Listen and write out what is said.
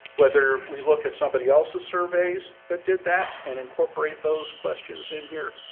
whether we look at somebody else's surveys that did that and incorporate those questions in here